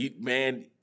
Man